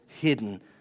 hidden